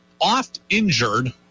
oft-injured